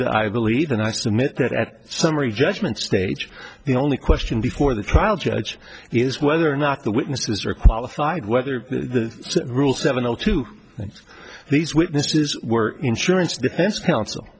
that i believe and i submit that at summary judgment stage the only question before the trial judge is whether or not the witnesses are qualified whether the rule seven o two these witnesses were insurance defense counsel